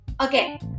okay